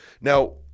now